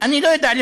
אני לא יודע,